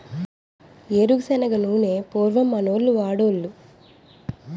ఏరు శనగ నూనె పూర్వం మనోళ్లు వాడోలు